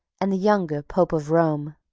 and the younger pope of rome.